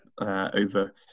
over